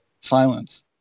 silence